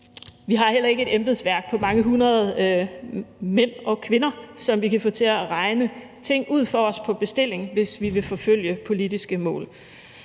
Vi har heller ikke et embedsværk på mange hundrede mænd og kvinder, som vi på bestilling kan få til at regne tingene ud for os, hvis vi vil forfølge politiske mål.